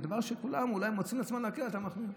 ובדבר שכולם אולי מקילים אתה מחמיר.